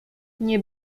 nie